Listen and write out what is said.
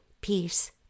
peace